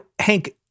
Hank